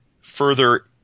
further